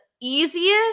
Easiest